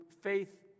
faith